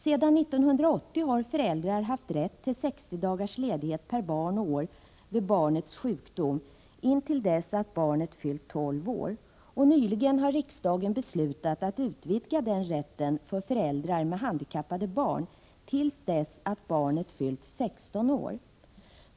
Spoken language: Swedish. Sedan 1980 har föräldrar haft rätt till 60 dagars ledighet per barn och år vid barns sjukdom intill dess att barnet fyllt 12 år, och nyligen har riksdagen beslutat att utvidga den rätten för föräldrar med handikappade barn till dess att barnet fyllt 16 år.